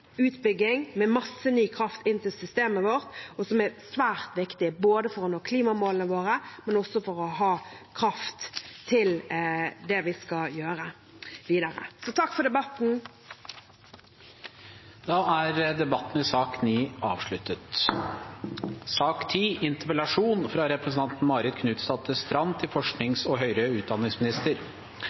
utbygging med masse ny kraft inn til systemet vårt. Det er svært viktig for å nå klimamålene våre, men også for å ha kraft til det vi skal gjøre videre. Jeg takker for debatten. Vi har hatt et stortingsvalg der velgerne tydelig ønsket en ny kurs for Norge. Trygghet, tillit og nærhet er den nye linja Arbeiderparti–Senterparti-regjeringen styrer etter. Beredskap og